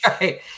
right